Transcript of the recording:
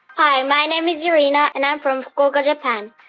hi, my name is urina, and i'm from gojo, japan.